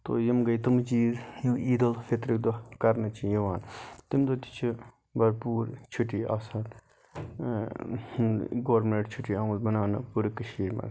تو یِم گٔیہِ تِم چیٖز یِم عیٖدُلفطرٕکۍ دۄہ کَرنہٕ چھِ یِوان تمہِ دۄہ تہِ چھِ برپوٗر چھُٹی آسان گورمِنٛٹ چھُٹی آمٕژ مَناونہٕ پوٗرٕ کٔشیٖرِ مَنٛز